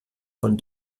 von